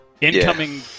Incoming